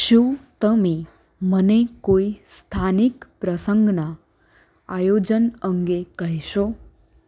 શું તમે મને કોઈ સ્થાનિક પ્રસંગના આયોજન અંગે કહેશો